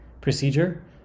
procedure